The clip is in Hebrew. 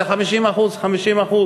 זה 50% 50%,